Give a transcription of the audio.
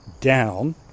down